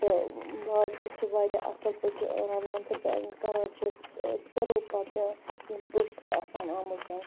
تہٕ وازٕ تہِ چھِ واریاہ اصٕل پٲٹھۍ رَنان تہٕ کَران چھِ أسۍ سٔرٕو پَتہٕ یِم پٔژھۍ چھِ آسان آمٕتۍ